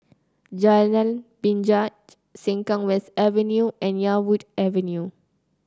Jalan Binjai Sengkang West Avenue and Yarwood Avenue